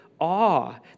awe